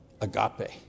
agape